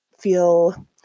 feel